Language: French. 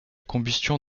combustion